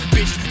Bitch